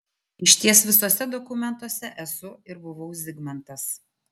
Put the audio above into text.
išties visuose dokumentuose esu ir buvau zigmantas